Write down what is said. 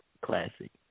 classic